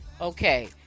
okay